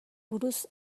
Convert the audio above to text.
buruz